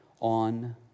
on